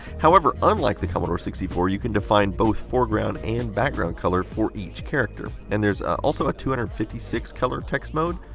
however, unlike the commodore sixty four, you can define both foreground and background color for each character. and there is also a two hundred and fifty six color text mode,